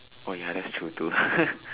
oh ya that's true too